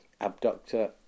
abductor